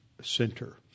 center